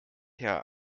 her